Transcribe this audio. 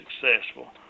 successful